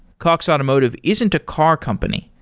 cox automotive isn't a car company.